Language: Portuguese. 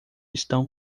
estão